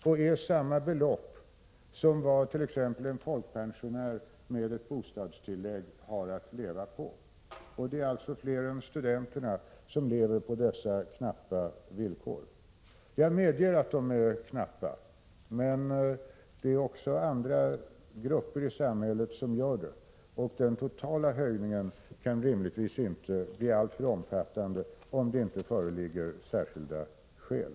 Det är samma belopp som det en folkpensionär med bostadstillägg har att leva på. Det är alltså fler än studenterna som lever under dessa knappa villkor. Jag medger att de är knappa. Men det är också andra grupper i samhället som har det så, och den totala höjningen kan givetvis inte bli alltför omfattande, om det inte föreligger särskilda skäl.